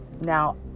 Now